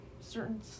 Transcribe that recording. certain